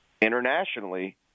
internationally